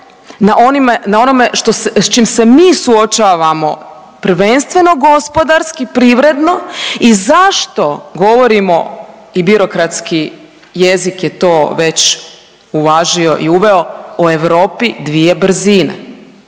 na onome s čim se mi suočavamo, prvenstveno gospodarski, privredno i zašto govorimo, i birokratski jezik je to već uvažio i uveo, o Europi dvije brzine.